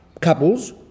couples